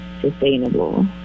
sustainable